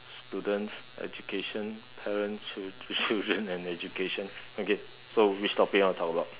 students education parents children and education okay so which topic you want to talk about